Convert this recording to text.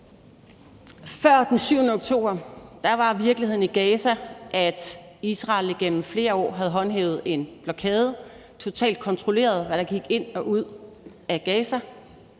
Før den 7. oktober var virkeligheden i Gaza, at Israel igennem flere år havde håndhævet en blokade og totalt kontrolleret, hvad der gik ind og ud af Gaza,